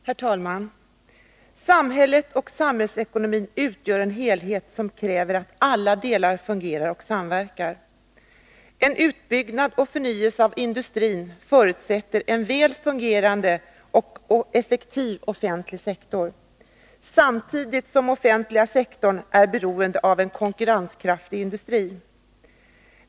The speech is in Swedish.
Herr talman! Samhället och samhällsekonomin utgör en helhet som kräver att alla delar fungerar och samverkar. En utbyggnad och förnyelse av industrin förutsätter en väl fungerande och effektiv offentlig sektor, samtidigt som den offentliga sektorn är beroende av en konkurrenskraftig industri.